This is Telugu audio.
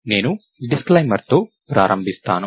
నేను డిస్క్లైమర్ తో ప్రారంభిస్తాను